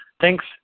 Thanks